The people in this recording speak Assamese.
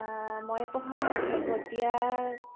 মই পঢ়া শেহতীয়া